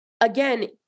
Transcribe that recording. again